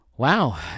Wow